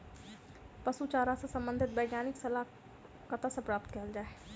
पशु चारा सऽ संबंधित वैज्ञानिक सलाह कतह सऽ प्राप्त कैल जाय?